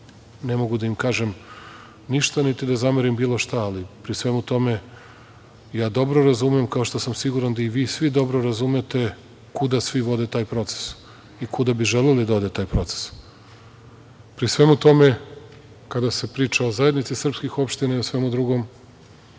ne mogu da im kažem ništa niti da im zamerim bilo šta, ali pri svemu tome ja dobro razumem, kao što sam siguran da i vi svi dobro razumete kuda svi vode taj proces i kuda bi želeli da ode taj proces. Pri svemu tome kada se priča o zajednici srpskih opština i svemu drugom